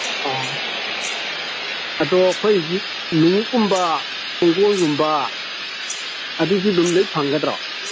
ꯑꯥ ꯑꯗꯣ ꯑꯩꯈꯣꯏ ꯍꯧꯖꯤꯛ ꯂꯣꯡꯎꯞ ꯀꯨꯝꯕ ꯇꯨꯡꯒꯣꯟꯒꯨꯝꯕ ꯑꯗꯨꯁꯨ ꯑꯗꯨꯝ ꯂꯣꯏ ꯐꯪꯒꯗ꯭ꯔꯣ